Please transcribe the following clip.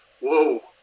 whoa